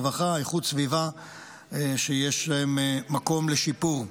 רווחה ואיכות סביבה שיש בהם מקום לשיפור.